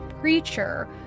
preacher